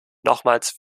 nochmals